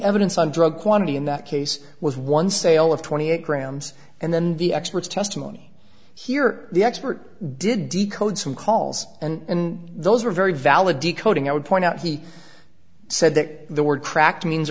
evidence on drug quantity in that case was one sale of twenty eight grams and then the experts testimony here the expert did decode some calls and those are very valid decoding i would point out he said that the word cracked means